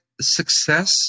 success